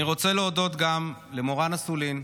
אני רוצה להודות גם למורן אסולין,